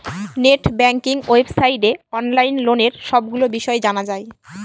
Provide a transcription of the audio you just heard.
net banking ওয়েবসাইটে online লোনের সবগুলো বিষয় জানা যায়